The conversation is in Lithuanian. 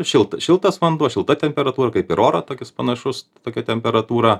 šilt šiltas vanduo šilta temperatūra kaip ir oro tokis panašus tokia temperatūra